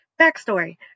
Backstory